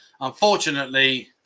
Unfortunately